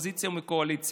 מהאופוזיציה או מהקואליציה.